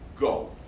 go